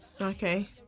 Okay